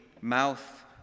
mouth